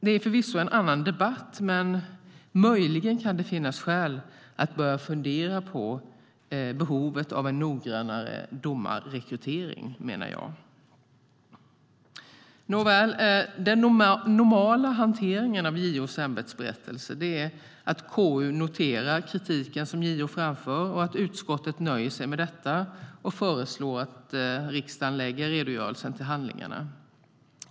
Det är förvisso en annan debatt, men möjligen kan det finnas skäl att börja fundera på behovet av en noggrannare domarrekrytering, menar jag. Nåväl, den normala hanteringen av JO:s ämbetsberättelser är att KU noterar den kritik som JO framför, nöjer sig med detta och föreslår att riksdagen lägger redogörelsen till handlingarna.